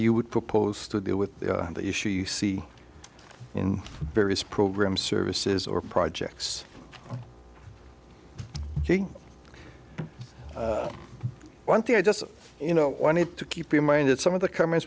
you would propose to deal with the issue you see in various programs services or projects one thing i just you know i wanted to keep in mind that some of the comments